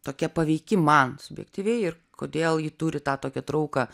tokia paveiki man subjektyviai ir kodėl ji turi tą tokią trauką